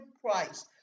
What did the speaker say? price